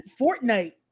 Fortnite